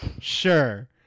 sure